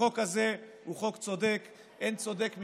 החוק הזה הוא חוק צודק, אין צודק ממנו,